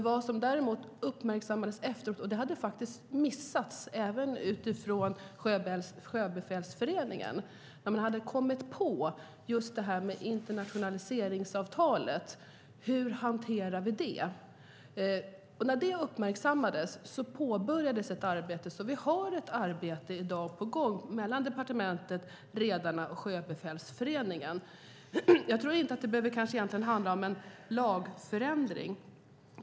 Vad som uppmärksammades efteråt - detta hade faktiskt missats av även Sjöbefälsföreningen - var frågan om hur internationaliseringsavtalet ska hanteras. När den frågan uppmärksammades påbörjades ett arbete. Det sker ett arbete i dag mellan departementet, Sveriges Redareförening och Sjöbefälsföreningen. Jag tror inte att det behöver handla om en lagförändring.